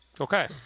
Okay